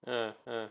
mm mm